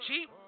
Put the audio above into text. cheap